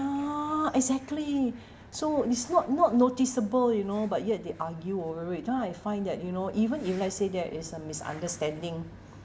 exactly so it's not not noticeable you know but yet they argue over it then I find that you know even if let's say there is a misunderstanding